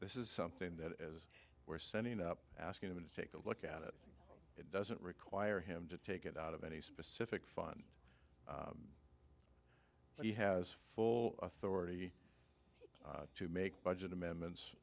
this is something that is we're sending up asking him to take a look at it it doesn't require him to take it out of any specific fun but he has full authority to make budget amendments